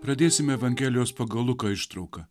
pradėsime evangelijos pagal luką ištrauką